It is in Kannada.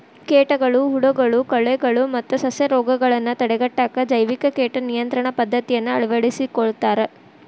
ಕೇಟಗಳು, ಹುಳಗಳು, ಕಳೆಗಳು ಮತ್ತ ಸಸ್ಯರೋಗಗಳನ್ನ ತಡೆಗಟ್ಟಾಕ ಜೈವಿಕ ಕೇಟ ನಿಯಂತ್ರಣ ಪದ್ದತಿಯನ್ನ ಅಳವಡಿಸ್ಕೊತಾರ